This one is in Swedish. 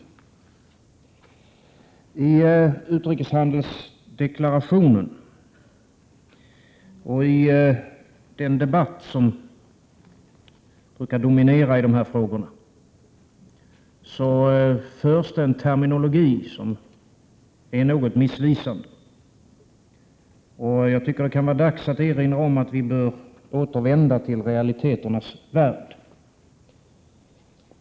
TI utrikeshandelsdeklarationen och i den debatt som brukar dominera dessa frågor används en terminologi som är något missvisande. Jag tycker att det kan vara dags att erinra om att vi bör återvända till realiteternas värld.